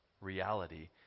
reality